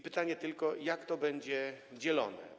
Pytanie tylko, jak to będzie dzielone.